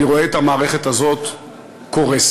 אני רואה את המערכת הזאת קורסת,